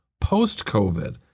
post-COVID